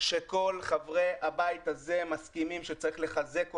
שכל חברי הבית הזה מסכימים שצריך לחזק אותה,